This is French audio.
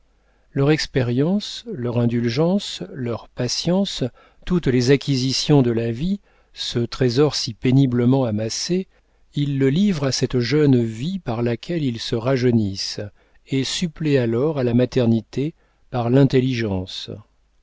leur expérience leur indulgence leur patience toutes les acquisitions de la vie ce trésor si péniblement amassé ils le livrent à cette jeune vie par laquelle ils se rajeunissent et suppléent alors à la maternité par l'intelligence